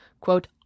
Quote